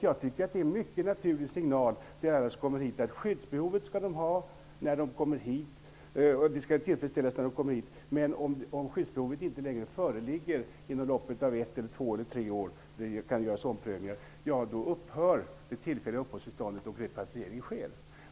Jag tycker att det är en mycket naturlig signal till alla som kommer hit att skyddsbehovet skall tillfredsställas när de kommer hit, men om skyddsbehovet inte längre föreligger efter ett, två eller tre år -- det kan göras omprövningar -- upphör det tillfälliga uppehållstillståndet och repatriering sker.